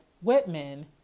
Whitman